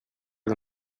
the